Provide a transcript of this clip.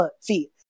feet